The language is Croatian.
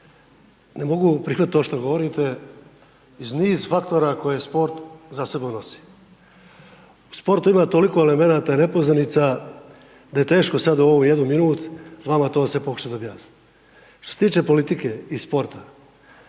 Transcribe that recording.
ne mogu prihvatiti to što govorite, iz niz faktora koje sport iza sebe nosi. U sportu ima toliko elemenata i nepoznanica, da je teško sada u ovu jednu minut vama to sve pokušati objasniti. Što se tiče politike i sporta